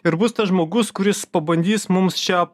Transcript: ir bus tas žmogus kuris pabandys mums čia